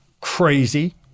crazy